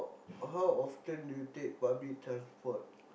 how often do you take public transport